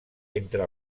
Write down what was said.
entre